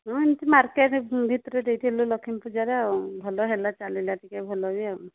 ହଁ ଏମିତି ମାର୍କେଟ ଭିତରେ ଦେଇଥିଲୁ ଲକ୍ଷ୍ମୀ ପୂଜାରେ ଆଉ ଭଲ ହେଲା ଚାଲିଲା ଟିକେ ଭଲ ବି ଆଉ